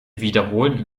wiederholen